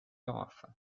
offer